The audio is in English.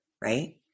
right